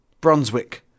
Brunswick